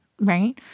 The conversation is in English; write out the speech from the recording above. right